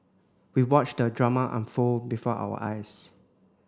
we watched the drama unfold before our eyes